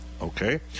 Okay